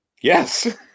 Yes